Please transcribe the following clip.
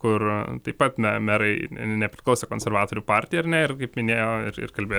kur taip pat me merai nepriklausė konservatorių partijai ar ne ir kaip minėjo ir ir kalbėjo